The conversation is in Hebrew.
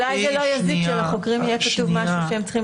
אולי לא יזיק שלחוקרים יהיה כתוב משהו שהם צריכים